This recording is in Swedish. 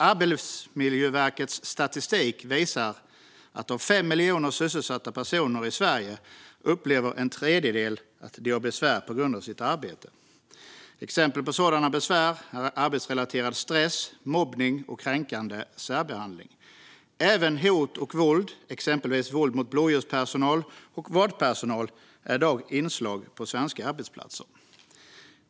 Arbetsmiljöverkets statistik visar att av 5 miljoner sysselsatta personer i Sverige upplever en tredjedel att de har besvär på grund av sitt arbete. Exempel på sådana besvär är arbetsrelaterad stress, mobbning och kränkande särbehandling. Även hot och våld, exempelvis våld mot blåljuspersonal och vårdpersonal, är i dag inslag på svenska arbetsplatser.